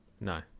No